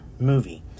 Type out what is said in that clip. movie